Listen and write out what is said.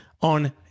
on